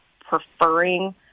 preferring